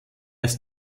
ist